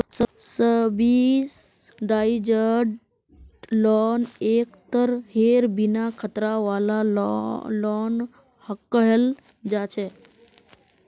subsidised loan एक तरहेर बिन खतरा वाला लोन कहल जा छे